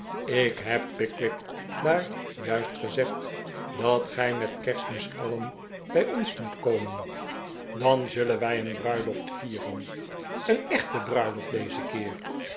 ik heb pickwick daaf juist gezegd dat gij met kerstmis alien bij ons moet komen dan zullen wij een bruiloft vieren een echte bruiloft dezen keer